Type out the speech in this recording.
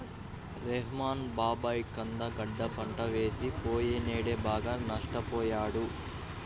రెహ్మాన్ బాబాయి కంద గడ్డ పంట వేసి పొయ్యినేడు బాగా నష్టపొయ్యాడు